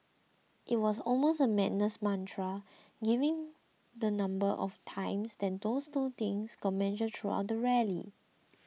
it was almost a madness mantra given the number of times these two things got mentioned throughout the rally